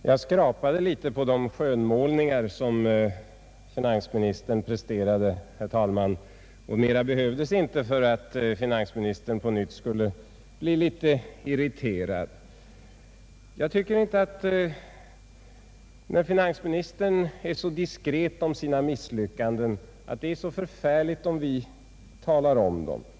Herr talman! Jag skrapade litet på finansministerns skönmålningar, och mera behövdes inte för att herr Sträng skulle bli litet irriterad på nytt. Men när finansministern är så diskret om sina misslyckanden tycker jag inte det är så farligt om vi talar om dem.